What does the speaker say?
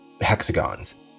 hexagons